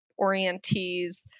orientees